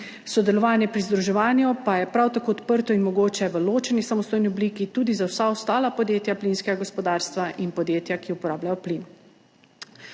Sodelovanje pri združevanju pa je prav tako odprto in mogoče v ločeni samostojni obliki tudi za vsa ostala podjetja plinskega gospodarstva in podjetja, ki uporabljajo plin.